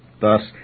Thus